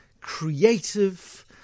creative